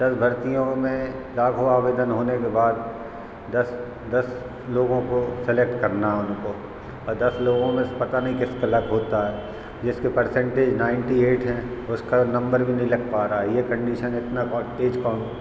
दस भर्तियों में लाखों आवएदन होने के बाद दस दस लोगों को सेलेक्ट करना उनको और दस लोगों में से पता नहीं किसका लक होता है जिसके परसेंटेज नाइन्टी ऐट हैं उसका नंबर भी नहीं लग पा रहा है यह कन्डिशन इतनी तेज़ कॉम